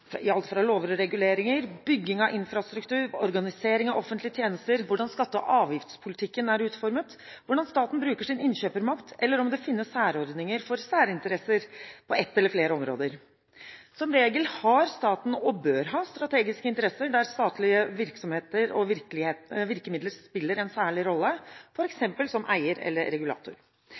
alt fra lover og reguleringer til bygging av infrastruktur, organisering av offentlige tjenester, hvordan skatte- og avgiftspolitikken er utformet, hvordan staten bruker sin innkjøpsmakt, eller om det finnes særordninger for særinteresser på ett eller flere områder. Som regel har staten – og bør ha – strategiske interesser der statlige virksomheter og virkemidler spiller en særlig rolle, f.eks. som eier eller regulator.